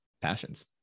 passions